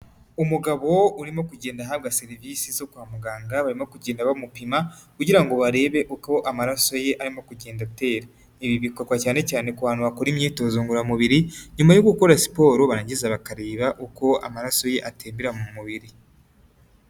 Umugabo urimo kugenda ahabwa serivisi zo kwa muganga. Barimo kugenda bamupima kugira ngo barebe uko amaraso ye arimo kugenda atera. Ibi bikorwa cyane cyane ku bantu bakora imyitozo ngororamubiri nyuma yo gukora siporo. Barangiza bakareba uko amaraso ye atembera mu mubiri.